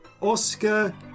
Oscar